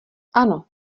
ano